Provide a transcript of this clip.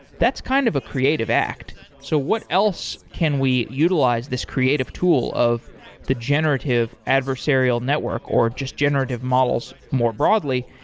that's kind of a creative act. so what else can we utilize this creative tool of the generative adversarial network, or just generative models more broadly,